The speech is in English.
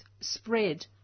spread